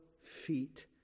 feet